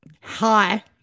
Hi